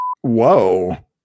Whoa